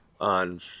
On